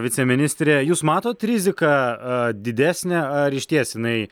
viceministrė jūs matot riziką aa didesnė ar išties jinai